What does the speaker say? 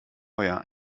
euer